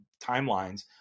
timelines